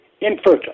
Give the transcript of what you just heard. infertile